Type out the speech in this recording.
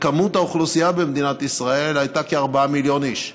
והאוכלוסייה במדינת ישראל מנתה כארבעה מיליון איש.